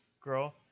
girl